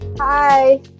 Hi